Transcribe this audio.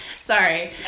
Sorry